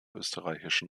österreichischen